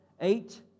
eight